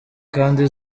kandi